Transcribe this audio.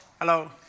hello